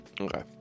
Okay